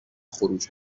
خروج